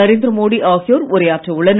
நரேந்திரமோடி ஆகியோர் உரையாற்ற உள்ளனர்